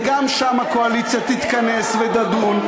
וגם שם הקואליציה תתכנס ותדון,